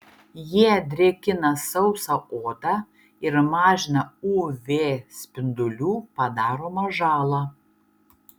jie drėkina sausą odą ir mažina uv spindulių padaromą žalą